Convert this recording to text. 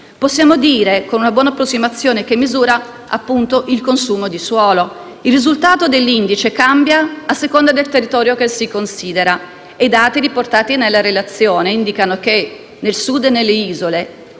Possiamo dire con una buona approssimazione che misura, appunto, il consumo di suolo. Il risultato dell'indice cambia a seconda del territorio che si considera, e i dati riportati nella relazione indicano che al Sud e nelle isole